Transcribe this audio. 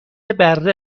بره